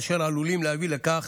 אשר עלולים להביא לכך